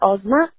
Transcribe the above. Ozma